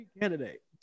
candidate